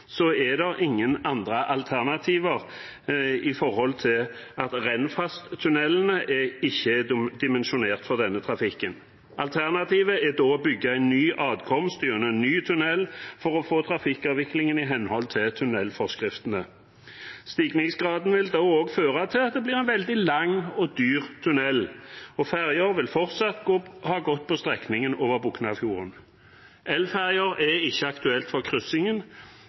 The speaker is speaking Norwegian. er det ingen andre alternativer med tanke på at Rennfast-tunnelene ikke er dimensjonert for denne trafikken. Alternativet er da å bygge en ny adkomst gjennom en ny tunnel for å få trafikkavviklingen i henhold til tunnelforskriftene. Stigningsgraden vil da også føre til at det blir en veldig lang og dyr tunnel, og ferjen ville fortsatt gått på strekningen over Boknafjorden. Elferjer er ikke aktuelt for kryssingen,